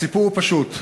הסיפור הוא פשוט.